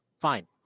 Fine